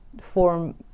form